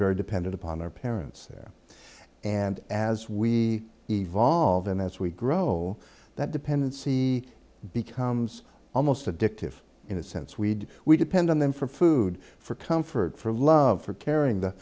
very dependent upon our parents there and as we evolve and as we grow that dependency becomes almost addictive in a sense we do we depend on them for food for comfort for love for caring the